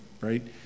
Right